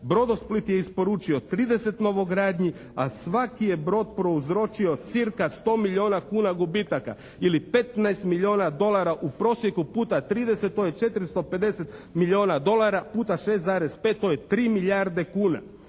Brodosplit je isporučio 30 novogradnji, a svaki je brod prouzročio cca 100 milijuna kuna gubitaka ili 15 milijuna dolara u prosjeku puta 30 to je 450 milijuna dolara puta 6,5 to je 3 milijarde kuna.